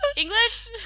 English